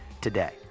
today